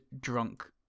drunk